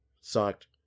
sucked